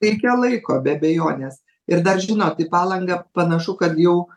reikia laiko be abejonės ir dar žinot į palangą panašu kad jau